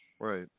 Right